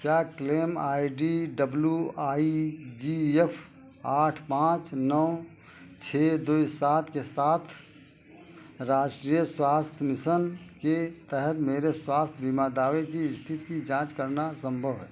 क्या claim I D W I G F आठ पाँच नौ छः दुई सात के साथ राष्ट्रीय स्वास्थ्य मिसन के तहत मेरे स्वास्थ्य बीमा दावे की स्थिति की जाँच करना संभव है